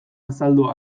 azaldu